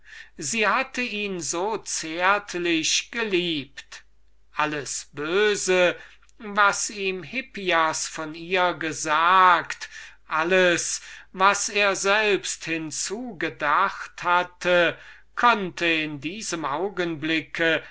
sie hatte ihn so zärtlich geliebt alles böse was ihm hippias von ihr gesagt alles was er selbst hinzugedacht hatte konnte in diesem augenblick